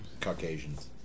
Caucasians